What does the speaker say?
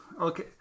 okay